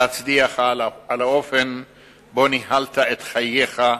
להצדיע לך על האופן שבו ניהלת את חייך,